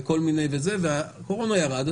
והקורונה ירדה,